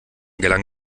gelang